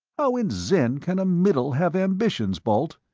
how in zen can a middle have ambitions, balt?